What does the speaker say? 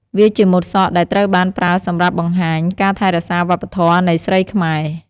វាជាម៉ូតសក់ដែលត្រូវបានប្រើសម្រាប់បង្ហាញការថែរក្សាវប្បធម៍នៃស្រីខ្មែរ។